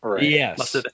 Yes